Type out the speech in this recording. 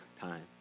time